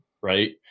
right